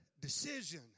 decision